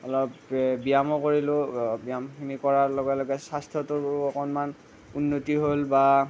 অলপ ব্যায়ামো কৰিলোঁ ব্যায়াম কৰিলোঁ ব্যায়ামখিনি কৰাৰ লগে লগে স্বাস্থ্যটো অকণমান উন্নতি হ'ল বা